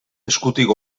eskutik